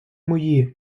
мої